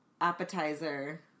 appetizer